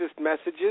messages